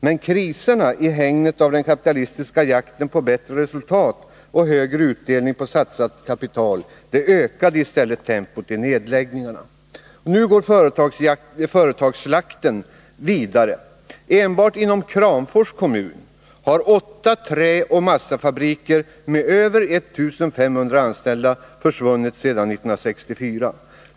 Men kriserna i hägnet av den kapitalistiska jakten på bättre resultat och högre utdelning på satsat kapital ökade i stället tempot i nedläggningarna. Företagsslakten går nu vidare. Enbart inom Kramfors kommun har åtta träoch massafabriker med över 1500 anställda försvunnit sedan 1964.